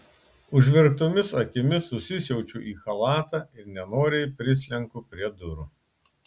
užverktomis akimis susisiaučiu į chalatą ir nenoriai prislenku prie durų